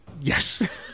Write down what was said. Yes